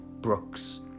Brooks